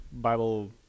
Bible